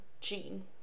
gene